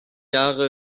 jahre